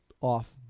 off